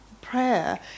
prayer